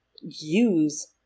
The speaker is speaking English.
use